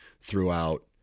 throughout